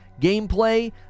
gameplay